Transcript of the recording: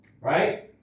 Right